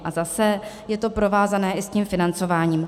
A zase je to provázané i s tím financováním.